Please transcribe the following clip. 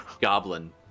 goblin